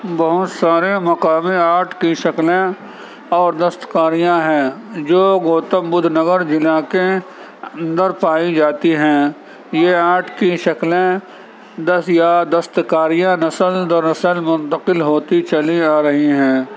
بہت سارے مقامی آرٹ کی شکلیں اور دست کاریاں ہیں جو گوتم بدھ نگر ضلع کے اندر پائی جاتی ہیں یہ آرٹ کی شکلیں دس یا دست کاریاں نسل در نسل منتقل ہوتی چلی آ رہی ہیں